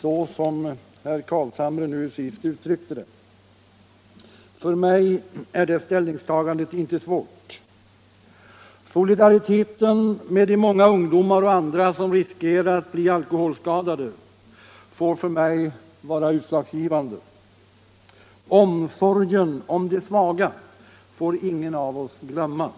som herr Carlshamre uttryckte det. För mig är det ställningstagandet inte svårt. Solidariteten med de många ungdomar och andra som riskerar att bli alkoholskadade får för mig vara utslagsgivande. Omsorgen om de svaga får ingen av oss glömma.